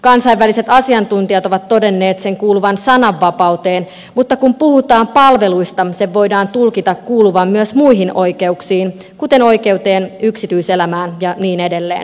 kansainväliset asiantuntijat ovat todenneet sen kuuluvan sananvapauteen mutta kun puhutaan palveluista sen voidaan tulkita kuuluvan myös muihin oikeuksiin kuten oikeuteen yksityiselämään ja niin edelleen